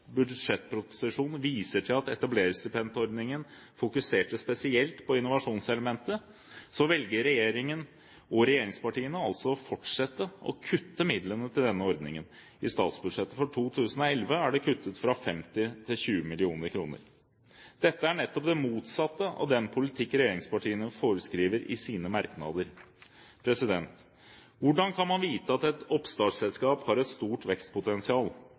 budsjettproposisjon viser til at etablererstipendordningen fokuserte spesielt på innovasjonselementet, velger regjeringen og regjeringspartiene altså å fortsette å kutte midlene til denne ordningen. I statsbudsjettet for 2011 er det kuttet fra 50 til 20 mill. kr. Dette er nettopp det motsatte av den politikken regjeringspartiene foreskriver i sine merknader. Hvordan kan man vite at et oppstartsselskap har et stort vekstpotensial?